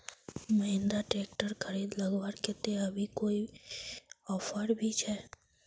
Mahindra tractor खरीद लगवार केते अभी कोई ऑफर भी छे?